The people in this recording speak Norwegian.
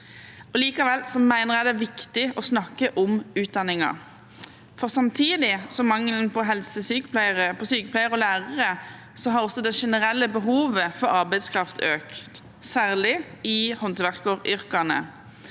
mener jeg det er viktig å snakke om utdanningen, for samtidig med mangelen på helsesykepleiere, sykepleiere og lærere har også det generelle behovet for arbeidskraft økt, særlig i håndverkeryrkene.